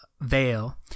veil